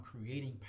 creating